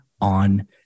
on